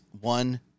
one